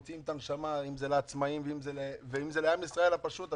מוציאים את הנשמה - אם זה לעצמאים ואם זה לעם ישראל הפשוט.